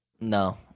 No